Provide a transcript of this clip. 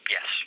Yes